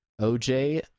OJ